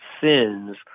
sins